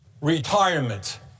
retirement